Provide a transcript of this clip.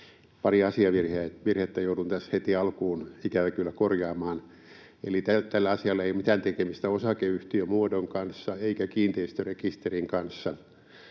pari asiavirhettä joudun tässä heti alkuun, ikävä kyllä, korjaamaan. Eli tällä asialla ei ole mitään tekemistä osakeyhtiömuodon kanssa eikä kiinteistörekisterin kanssa,